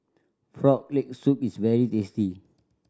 Frog Leg Soup is very tasty